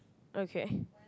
okay